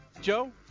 Joe